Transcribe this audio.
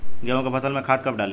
गेहूं के फसल में खाद कब डाली?